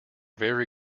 very